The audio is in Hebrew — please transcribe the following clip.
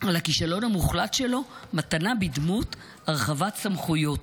על הכישלון המוחלט שלו מתנה בדמות הרחבת סמכויות.